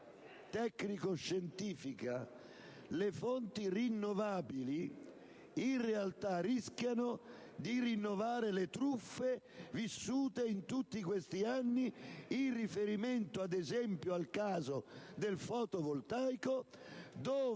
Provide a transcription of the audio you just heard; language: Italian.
tecnico‑scientifica, le fonti rinnovabili, in realtà, rischiano di rinnovare le truffe vissute in tutti questi anni. Mi riferisco, ad esempio, al caso del fotovoltaico, dove